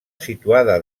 situada